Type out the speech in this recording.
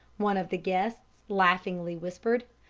one of the guests laughingly whispered.